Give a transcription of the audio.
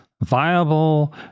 viable